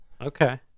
Okay